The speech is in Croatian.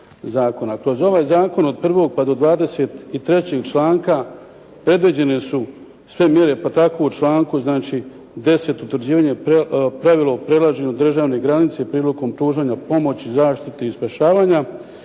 Kroz ovaj zakon od 1. pa do 23. članka predviđene su sve mjere, pa tako u članku 10. utvrđivanje pravila o prelaženju državne granice prilikom pružanja pomoći, zaštite i spašavanja.